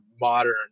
modern